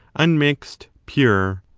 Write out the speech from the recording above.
unmixed, pure.